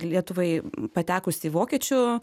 lietuvai patekus į vokiečių